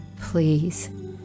Please